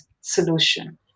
solution